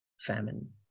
famine